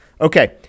Okay